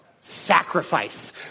Sacrifice